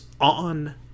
on